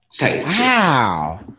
Wow